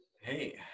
hey